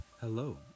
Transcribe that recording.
Hello